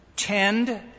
Tend